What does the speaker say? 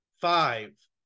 Five